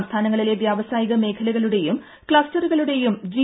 സംസ്ഥാനങ്ങളിലെ വ്യാവസായിക മേഖലകളുടെയും ക്ലസ്റ്ററുകളുടെയും ജി